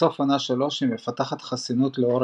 ובסוף עונה 3 היא מפתחת חסינות לאור